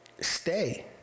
stay